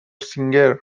سینگر